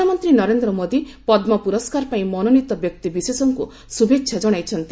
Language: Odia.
ପ୍ରଧାନମନ୍ତ୍ରୀ ନରେନ୍ଦ୍ର ମୋଦି ପଦ୍ମ ପୁରସ୍କାର ପାଇଁ ମନୋନୀତ ବ୍ୟକ୍ତିବିଶେଷଙ୍କୁ ଶୁଭେଚ୍ଛା କଣାଇଛନ୍ତି